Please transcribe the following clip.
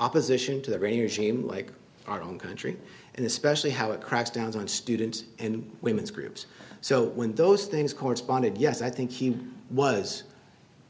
opposition to the brain or shame like our own country and especially how it cracks down on students and women's groups so when those things corresponded yes i think he was